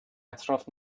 اطراف